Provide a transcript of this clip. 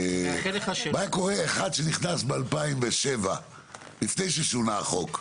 מה היה קורה אם אחד שנכנס ב-2007 לפני ששונה החוק,